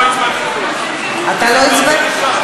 רבנים שמתנגדים לשירות נשים בצה"ל,